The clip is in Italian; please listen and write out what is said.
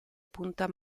punta